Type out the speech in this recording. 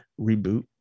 reboot